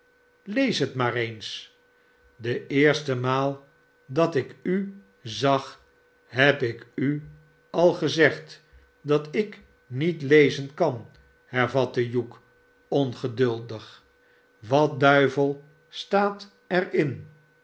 lees het maar eens de eerste maal dat ik u zag heb ik u al gezegd dat ik niet lezen kan hervatte hugh ongeduldig wat duivel staat er